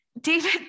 David